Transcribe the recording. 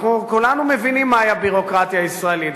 אנחנו כולנו מבינים מהי הביורוקרטיה הישראלית,